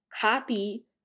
copy